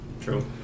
True